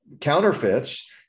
counterfeits